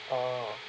oh